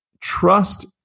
trust